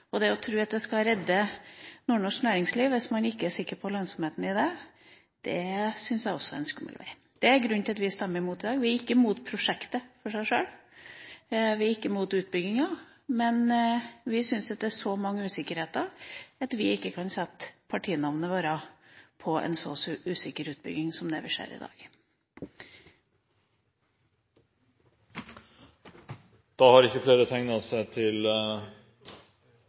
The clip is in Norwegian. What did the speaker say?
Det å tro at prosjektet skal redde nord-norsk næringsliv når man ikke er sikker på lønnsomheten, syns jeg også er skummelt. Det er grunnen til at vi stemmer mot dette i dag. Vi er ikke imot prosjektet i seg sjøl, vi er ikke imot utbygginga, men vi syns at det er så mange usikkerhetsmomenter at vi ikke kan sette partinavnet vårt på en så usikker utbygging som den vi ser i dag. Jeg hadde egentlig ikke